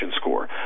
score